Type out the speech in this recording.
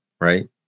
right